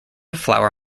flour